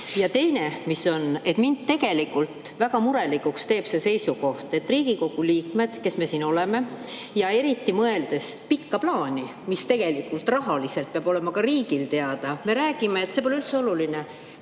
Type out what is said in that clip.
Ja teine on see, et mind teeb väga murelikuks see seisukoht, et Riigikogu liikmed, kes me siin oleme, ja eriti mõeldes pikka plaani, mis tegelikult rahaliselt peab olema ka riigil teada, me räägime, et see pole üldse oluline,